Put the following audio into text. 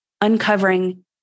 uncovering